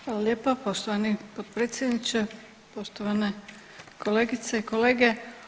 Hvala lijepa poštovani potpredsjedniče, poštovane kolegice i kolege.